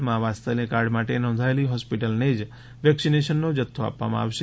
માં વાત્સલ્ય કાર્ડ માંટે નોંધાયેલી હોસ્પિટલને જ વેકસીનનો જથ્થો આપવામાં આવશે